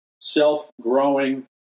self-growing